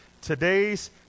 today's